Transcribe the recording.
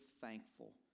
thankful